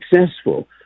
successful